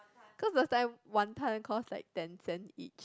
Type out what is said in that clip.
cause last time one time cost like ten cent each